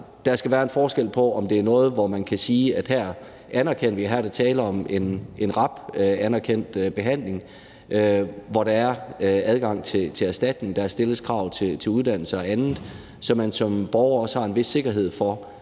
der skal være en forskel, i forhold til om det er noget, hvor man kan sige, at her anerkender vi, at der er tale om en RAB-anerkendt behandling, hvor der er adgang til erstatning og der stilles krav til uddannelse og andet, så man som borger også har en vis sikkerhed for,